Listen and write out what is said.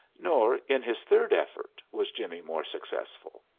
nor in his third effort was jimmie more successful.